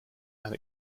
and